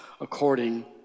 according